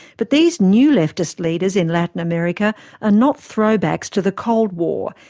but these new leftist leaders in latin america are not throwbacks to the cold war,